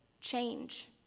change